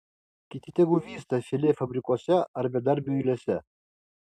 kiti tegu vysta filė fabrikuose ar bedarbių eilėse